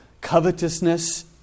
covetousness